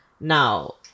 Now